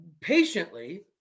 patiently